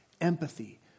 empathy